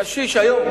קשיש היום,